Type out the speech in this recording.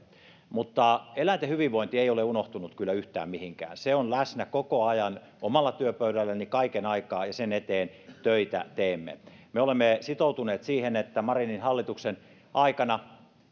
mutta eläinten hyvinvointi ei ole unohtunut kyllä yhtään mihinkään se on läsnä koko ajan omalla työpöydälläni ja sen eteen töitä teemme me olemme sitoutuneet siihen että marinin hallituksen aikana